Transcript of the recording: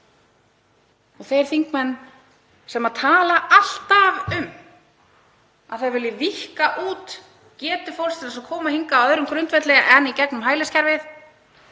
og þeir þingmenn sem tala alltaf um að þeir vilji víkka út getu fólks til að koma hingað á öðrum grundvelli en í gegnum hæliskerfið